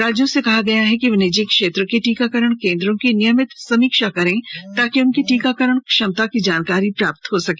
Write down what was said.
राज्यों से कहा गया है कि वे निजी क्षेत्र के टीकाकरण केंद्रों की नियमित समीक्षा करें ताकि उनकी टीकाकरण क्षमता की जानकारी प्राप्त हो सके